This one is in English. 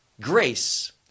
grace